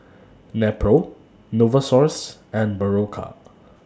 Nepro Novosource and Berocca